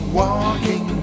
walking